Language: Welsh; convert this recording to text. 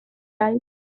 raid